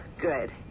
Good